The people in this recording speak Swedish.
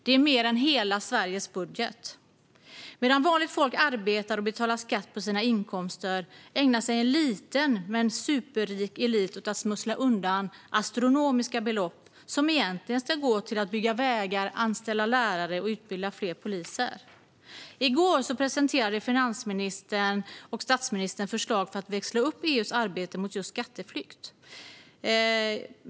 Det är mer än hela Sveriges budget. Medan vanligt folk arbetar och betalar skatt på sina inkomster ägnar sig en liten men superrik elit åt att smussla undan astronomiska belopp som egentligen ska gå till att bygga vägar, anställa lärare och utbilda fler poliser. I går presenterade finansministern och statsministern förslag för att växla upp EU:s arbete mot just skatteflykt.